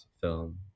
film